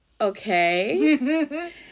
okay